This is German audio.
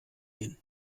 hin